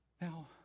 now